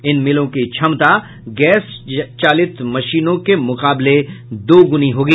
इन मिलों की क्षमता गैस चालित मशीनों के मुकाबले दोगुनी होगी